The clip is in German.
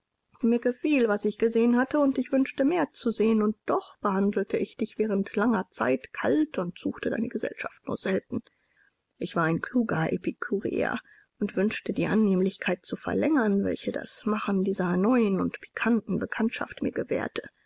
mir gefiel was ich gesehen hatte und ich wünschte mehr zu sehen und doch behandelte ich dich während langer zeit kalt und suchte deine gesellschaft nur selten ich war ein kluger epikuräer und wünschte die annehmlichkeit zu verlängern welche das machen dieser neuen und pikanten bekanntschaft mir gewährte